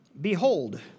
Behold